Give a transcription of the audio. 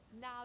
Now